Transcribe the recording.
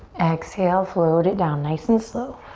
exhale, float it down, nice and slow.